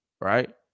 right